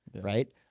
right